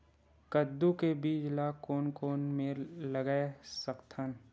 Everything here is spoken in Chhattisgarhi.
कददू के बीज ला कोन कोन मेर लगय सकथन?